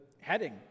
heading